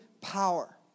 power